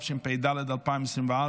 התשפ"ד 2024,